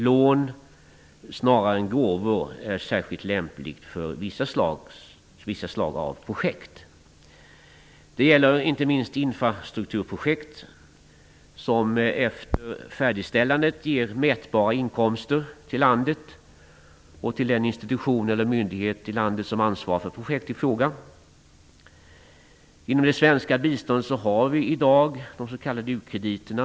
Lån, snarare än gåvor, är särskilt lämpligt för vissa projekt. Det gäller inte minst infrastrukturprojekt, som efter färdigställandet ger mätbara inkomster till landet och till den institution eller myndighet i landet som ansvarar för projektet i fråga. Innom det svenska biståndet har vi i dag de s.k. u-krediterna.